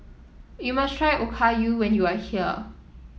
you must try Okayu when you are here